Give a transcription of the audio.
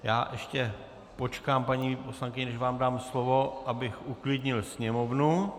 Já ještě počkám, paní poslankyně, než vám dám slovo, abych uklidnil sněmovnu.